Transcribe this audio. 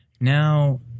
now